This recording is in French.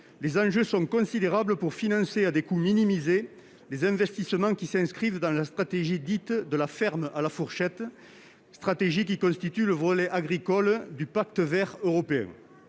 les enjeux sont considérables pour financer à des coûts minimisés les investissements qui s'inscrivent dans la stratégie dite « de la ferme à la fourchette », laquelle constitue le volet agricole du Pacte vert pour